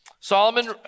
Solomon